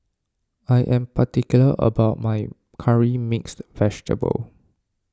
I am particular about my Curry Mixed Vegetable